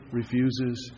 refuses